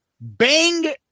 Bang